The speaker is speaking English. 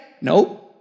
Nope